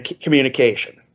communication